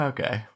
Okay